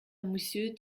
monsieur